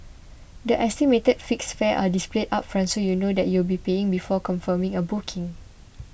the estimated fixed fares are displayed upfront so you know you'll be paying before confirming a booking